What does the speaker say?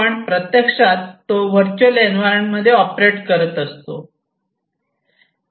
पण प्रत्यक्षात तो व्हर्च्युअल एन्व्हायरमेंट मध्ये ऑपरेट करत असतो